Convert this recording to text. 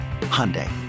Hyundai